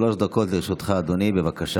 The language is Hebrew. שלוש דקות לרשותך, אדוני, בבקשה.